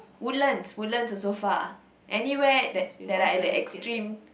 Woodlands Woodlands also far anywhere that that are at the extreme